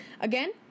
again